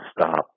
stop